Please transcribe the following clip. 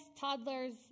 toddlers